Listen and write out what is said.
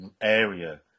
area